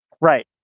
Right